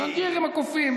הסנג'ירים הקופים.